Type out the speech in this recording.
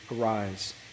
arise